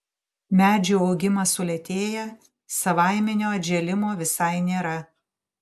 medžių augimas sulėtėja savaiminio atžėlimo visai nėra